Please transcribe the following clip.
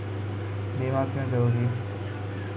बीमा क्यों जरूरी हैं?